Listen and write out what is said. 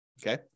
Okay